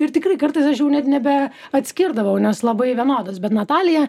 ir tikrai kartais aš jau net nebe atskirdavau nes labai vienodos bet natalija